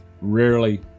rarely